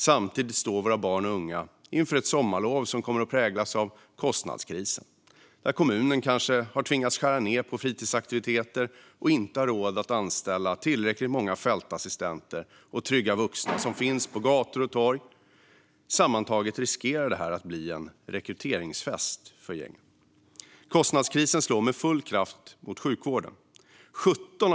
Samtidigt står våra barn och unga inför ett sommarlov som kommer att präglas av kostnadskrisen, där kommunen kanske har tvingats skära ned på fritidsverksamheter och inte har råd att anställa tillräckligt många fältassistenter och trygga vuxna som finns på gator och torg. Sammantaget riskerar detta att bli en rekryteringsfest för gängen. Kostnadskrisen slår med full kraft mot sjukvården.